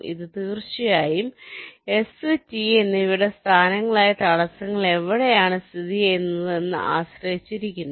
ഇത് തീർച്ചയായും S T എന്നിവയുടെ സ്ഥാനങ്ങളായ തടസ്സങ്ങൾ എവിടെയാണ് സ്ഥിതിചെയ്യുന്നത് എന്നതിനെ ആശ്രയിച്ചിരിക്കുന്നു